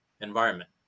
environment